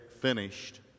finished